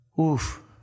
Oof